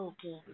Okay